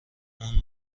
اون